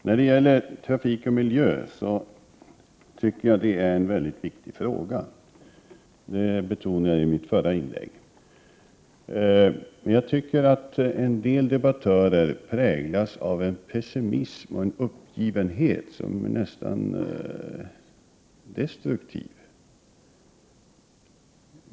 Fru talman! Frågan om trafik och miljö är naturligtvis väldigt viktig. Jag betonade det i mitt förra inlägg. Men en del debattörer präglas av en pessimism och uppgivenhet som är nästan destruktiv.